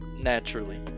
Naturally